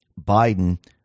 Biden